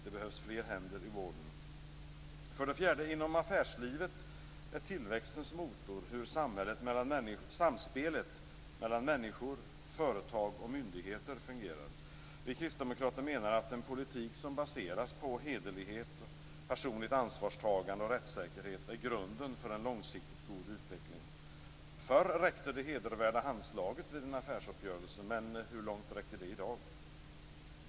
Det behövs fler händer i vården. För det fjärde: Inom affärslivet är tillväxtens motor hur samspelet mellan människor, företag och myndigheter fungerar. Vi kristdemokrater menar att en politik som baseras på hederlighet, personligt ansvarstagande och rättssäkerhet är grunden för en långsiktigt god utveckling. Förr räckte det hedervärda handslaget vid en affärsuppgörelse, men hur långt räcker det i dag?